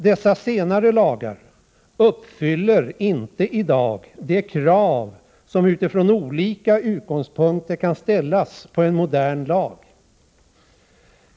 Dessa lagar uppfyller inte i dag de krav som utifrån olika utgångspunkter kan ställas på en modern lag.